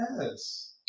yes